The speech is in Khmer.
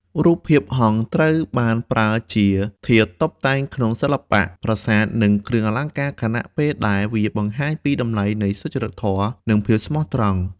រូបភាពហង្សត្រូវបានប្រើជាធាតុតុបតែងក្នុងសិល្បៈ ប្រាសាទ និងគ្រឿងអលង្ការ ខណៈពេលដែលវាបង្ហាញពីតម្លៃនៃសុចរិតធម៌ និងភាពស្មោះត្រង់។